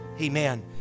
amen